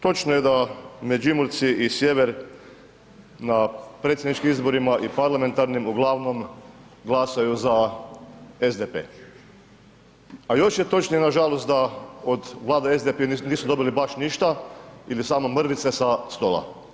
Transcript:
Točno je da Međimurci i sjever na predsjedničkim izborima i parlamentarnim uglavnom glasaju za SDP, a još je točnije nažalost da od vlade SDP-a nisu dobili baš ništa ili samo mrvice sa stola.